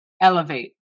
Elevate